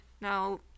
Now